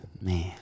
man